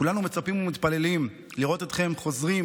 כולנו מצפים ומתפללים לראות אתכם חוזרים